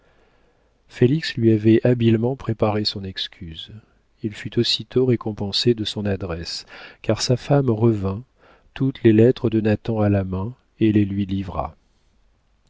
félix lui avait habilement préparé son excuse il fut aussitôt récompensé de son adresse car sa femme revint toutes les lettres de nathan à la main et les lui livra